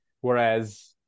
whereas